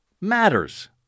matters